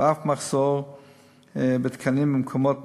ואף מחסור בתקנים במקומות מסוימים,